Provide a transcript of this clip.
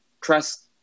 trust